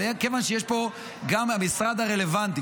אבל כיוון שהמשרד הרלוונטי,